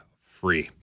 free